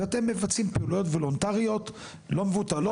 ואתם מבצעים פעילויות וולונטריות לא מבוטלות.